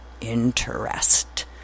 interest